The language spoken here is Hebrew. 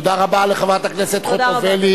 תודה רבה לחברת הכנסת חוטובלי.